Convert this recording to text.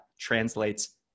Translates